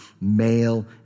male